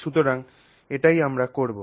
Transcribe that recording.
সুতরাং এটাই আমরা করব